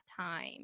time